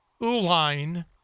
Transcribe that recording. Uline